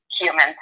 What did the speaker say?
humans